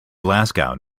glasgow